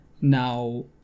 Now